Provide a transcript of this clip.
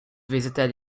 visited